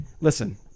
Listen